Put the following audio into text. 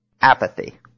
apathy